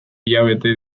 hilabete